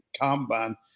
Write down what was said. combine